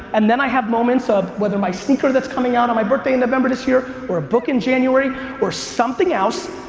and then i have moments of whether my sneaker that's coming out on my birthday in november this year, or a book in january or something else,